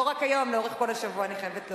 לא רק היום, לאורך כל השבוע, אני חייבת להודות.